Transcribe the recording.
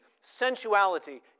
sensuality